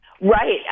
Right